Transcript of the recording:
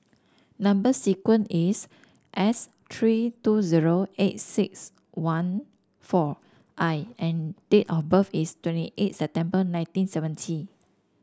number sequence is S three two zero eight six one four I and date of birth is twenty eight September nineteen seventy